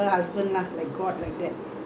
mm such a nice woman